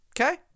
okay